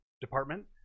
department